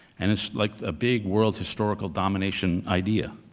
and it's like a big world historical domination idea.